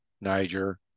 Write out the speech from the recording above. Niger